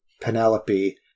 penelope